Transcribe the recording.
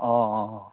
অঁ অঁ